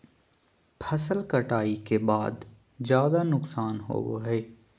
फसल कटाई के बाद ज्यादा नुकसान होबो हइ